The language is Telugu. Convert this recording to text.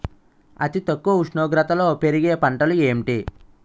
అతి తక్కువ ఉష్ణోగ్రతలో పెరిగే పంటలు ఏంటి?